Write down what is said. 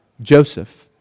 Joseph